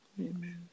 Amen